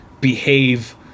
behave